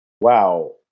wow